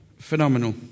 phenomenal